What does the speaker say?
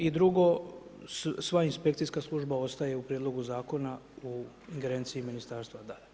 I drugo, sva inspekcijska služba ostaje u prijedlogu zakona u ingerenciji ministarstva, da.